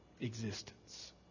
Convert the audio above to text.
existence